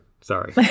Sorry